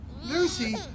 Lucy